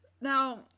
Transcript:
now